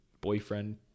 boyfriend